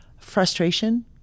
frustration